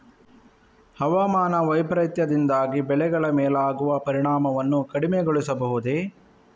ಹವಾಮಾನ ವೈಪರೀತ್ಯದಿಂದಾಗಿ ಬೆಳೆಗಳ ಮೇಲಾಗುವ ಪರಿಣಾಮವನ್ನು ಕಡಿಮೆಗೊಳಿಸಬಹುದೇ?